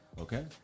Okay